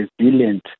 resilient